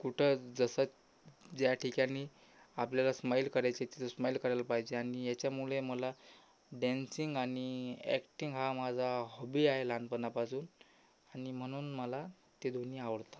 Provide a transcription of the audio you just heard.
कुठं जसं ज्या ठिकाणी आपल्याला स्माईल करायची तिथं स्माईल करायला पाहिजे आणि याच्यामुळे मला डॅन्सिंग आणि ॲक्टिंग हा माझा हॉबी आहे लहानपणापासून आणि म्हणून मला ते दोन्ही आवडतात